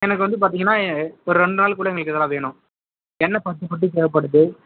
எனக்கு வந்து பார்த்திங்கன்னா எ ஒரு ரெண்டு நாள்க்குள்ளே எனக்கு இதெல்லாம் வேணும் எண்ணெய் பத்து பாட்டில் தேவைப்படுது